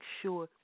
sure